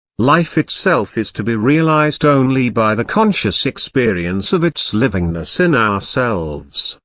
life itself is to be realised only by the conscious experience of its livingness in ourselves,